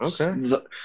okay